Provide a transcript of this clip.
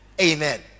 Amen